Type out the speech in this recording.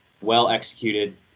well-executed